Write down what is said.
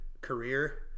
career